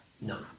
no